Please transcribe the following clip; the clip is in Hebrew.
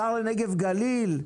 שר נגב גליל?